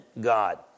God